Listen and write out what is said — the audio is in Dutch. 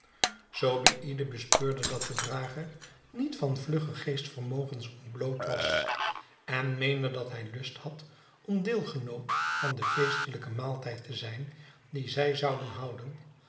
zobeïde bespeurde dat de drager niet van vlugge geestvermogens ontbloot was en meende dat hij lust had om deelgenoot van den feestelijken maaltijd te zijn dien zij zouden houden